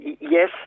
Yes